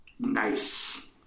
Nice